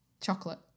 chocolate